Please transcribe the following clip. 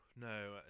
no